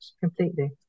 Completely